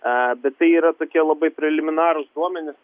a bet tai yra tokie labai preliminarūs duomenys